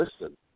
listen